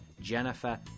Jennifer